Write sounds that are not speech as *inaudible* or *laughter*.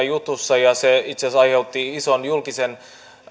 *unintelligible* jutussa ja se itse asiassa aiheutti ison julkisen